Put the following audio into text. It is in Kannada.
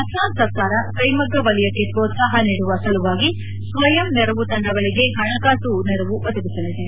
ಅಸ್ಲಾಂ ಸರ್ಕಾರ ಕೈಮಗ್ಗ ವಲಯಕ್ಕೆ ಮ್ರೋತ್ಸಾಹ ನೀಡುವ ಸಲುವಾಗಿ ಸ್ವಯಂ ನೆರವು ತಂಡಗಳಿಗೆ ಪಣಕಾಸು ನೆರವು ಒದಗಿಸಲಿದೆ